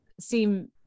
seem